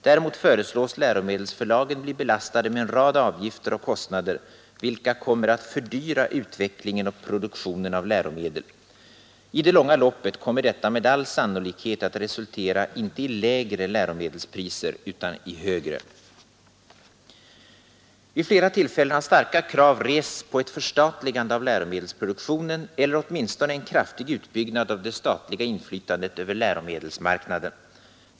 Däremot föreslås läromedelsförlagen bli belastade med en rad avgifter och kostnader, vilka kommer att fördyra utvecklingen och produktionen av läromedel. I det långa loppet kommer detta med all sannolikhet att resultera inte i lägre läromedelspriser utan i högre. Vid flera tillfällen har starka krav rests på ett förstatligande av läromedelsproduktionen eller åtminstone en kraftig utbyggnad av det statliga inflytandet över läromedelsmarknaden.